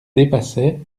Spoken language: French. dépassait